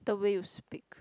the way you speak